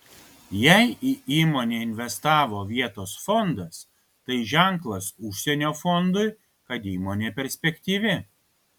jei į įmonę investavo vietos fondas tai ženklas užsienio fondui kad įmonė perspektyvi